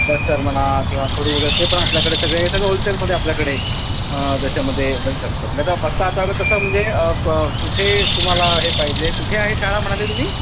duster म्हणा किंवा खडू वगैरे ते पण आपल्याकडे सगळे हे सगळं होलसेलमध्ये आपल्याकडे त्याच्यामध्ये मिळू शकतात आतां कसं म्हणजे क कुठे तुम्हाला हे पाहिजे कुठे आहे शाळा म्हणाले तुम्ही